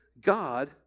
God